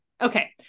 okay